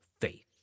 faith